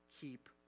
keep